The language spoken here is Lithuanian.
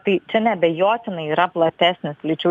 tai čia neabejotinai yra platesnis lyčių